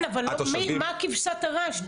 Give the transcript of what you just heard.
מה כבשת הרש?